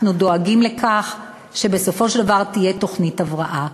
אנחנו דואגים לכך שבסופו של דבר תהיה תוכנית הבראה.